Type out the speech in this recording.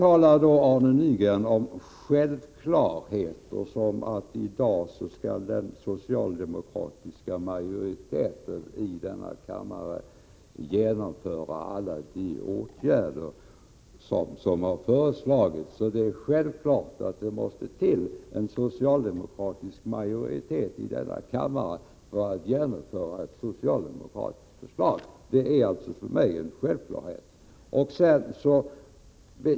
Arne Nygren talar om självklarheter, som att den socialdemokratiska majoriteten i denna kammare i dag skall genomföra alla de åtgärder som har föreslagits. Det är självklart att det måste finnas en socialdemokratisk majoritet i denna kammare för att ett socialdemokratiskt förslag skall kunna genomföras.